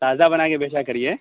تازہ بنا کے بیچا کریئے